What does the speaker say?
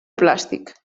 plàstic